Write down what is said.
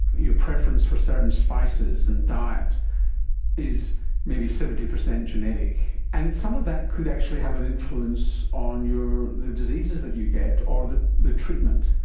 your preference for certain spices and diet is maybe seventy percent genetic. and some of that could actually have an influence on the diseases that you get or the the treatment.